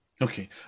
Okay